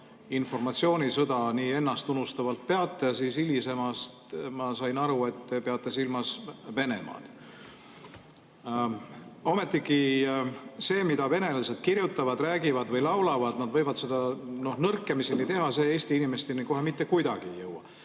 informatsioonisõda nii ennastunustavalt peate. Hilisemast ma sain aru, et te peate silmas Venemaad. Ometigi see, mida venelased kirjutavad, räägivad või laulavad – nad võivad seda nõrkemiseni teha, see Eesti inimesteni kohe mitte kuidagi ei jõua.